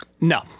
No